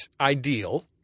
ideal